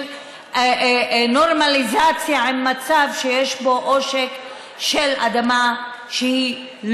של נורמליזציה של מצב שיש בו עושק של אדמה שלא